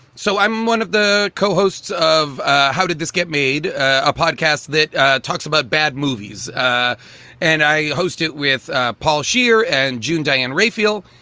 so i'm one of the co-hosts of how did this get made? a podcast that talks about bad movies ah and i hosted with ah paul scheer and june diane rayfield.